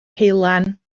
ceulan